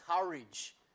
courage